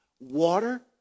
water